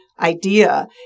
idea